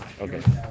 Okay